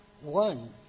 one